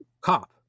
cop